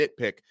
nitpick